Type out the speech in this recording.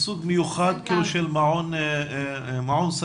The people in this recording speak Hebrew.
זה סוג מיוחד של מעון סגור.